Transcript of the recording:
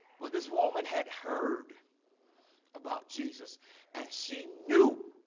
but this woman had heard about jesus and she knew